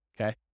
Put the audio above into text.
okay